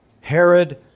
Herod